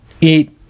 eat